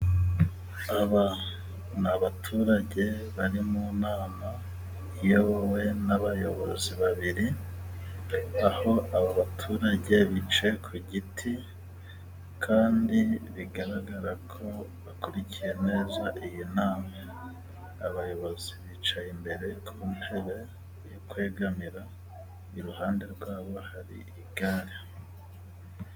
Aba ni abaturage bari mu nama iyobowe n'abayobozi babiri, aho aba baturage bicaye ku giti kandi bigaragara ko bakurikiye neza iyi nama, abayobozi bicaye imbere ku ntebe yo kwegamira iruhande rwabo hari igare.